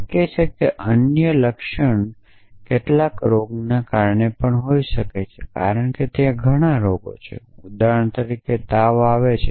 શક્ય છે કે લક્ષણ અન્ય કેટલાક રોગને કારણે પણ હોઇ શકે કારણ કે ત્યાં ઘણા રોગો છે ઉદાહરણ તરીકે તાવ આવે છે